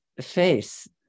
face